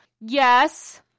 yes